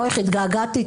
איך התגעגעתי.